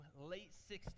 late-60s